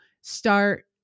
start